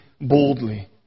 boldly